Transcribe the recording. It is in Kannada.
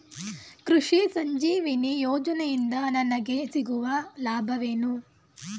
ಕೃಷಿ ಸಂಜೀವಿನಿ ಯೋಜನೆಯಿಂದ ನನಗೆ ಸಿಗುವ ಲಾಭವೇನು?